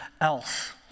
else